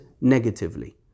negatively